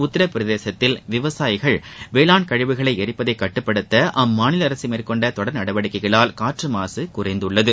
உத்தரபிரதேசத்தில் விவசாயிகள் வேளான் கழிவுகளை எரிப்பதை கட்டுப்படுத்த அம்மாநில அரசு மேற்கொண்ட தொடர் நடவடிக்கைகளால் காற்று மாசு குறைந்துள்ளது